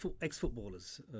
ex-footballers